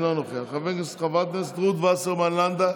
אינו נוכח, חברת הכנסת רות וסרמן לנדה,